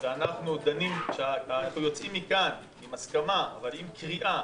שאנחנו דנים ויוצאים מכאן עם הסכמה, אבל עם קריאה